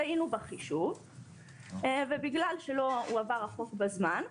טעינו בחישוב ובגלל שלא הועבר החוק בזמן,